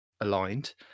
aligned